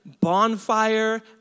bonfire